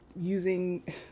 using